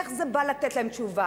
איך זה בא לתת להם תשובה?